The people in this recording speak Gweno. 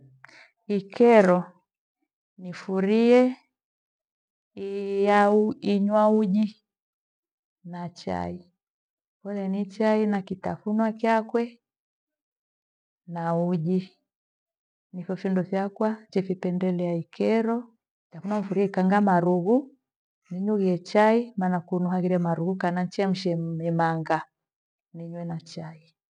Ikero nifurie inywa uji na chai. Kole ni chai na kitafunwa chakwe na uji. Nipho findo fakwa njephipendelea ikyero. Naifurie ikaanga marughu niywelie chai maana kunu haghire marughu kana nichemshie mimanga ninywe na chai